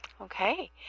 Okay